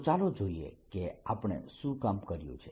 તો ચાલો જોઈએ કે આપણે શું કામ કર્યું છે